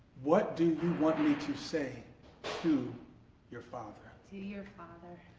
what do you want me to say to your father? to to your father!